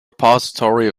repository